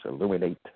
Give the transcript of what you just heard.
Illuminate